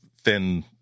thin